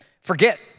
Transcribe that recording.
forget